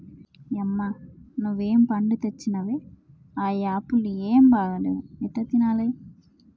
యమ్మ నువ్వు ఏం పండ్లు తెచ్చినవే ఆ యాపుళ్లు ఏం బాగా లేవు ఎట్లా తినాలే